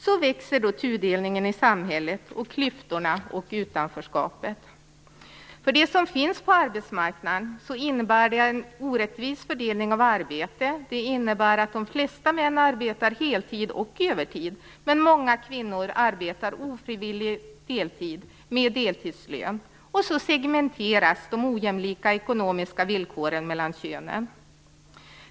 Så växer tudelningen i samhället, liksom klyftorna och utanförskapet. För dem som finns på arbetsmarknaden innebär det en orättvis fördelning av arbete. De flesta män arbetar heltid och övertid, medan många kvinnor ofrivilligt arbetar deltid med deltidslön. Så segmenteras de ojämlika ekonomiska villkoren mellan könen.